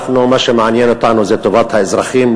מה שמעניין אותנו זה טובת האזרחים,